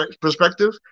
perspective